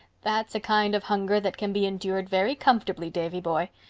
that's a kind of hunger that can be endured very comfortably, davy-boy.